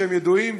שהם ידועים,